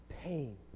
pain